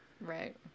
Right